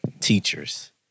teachers